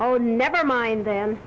oh never mind then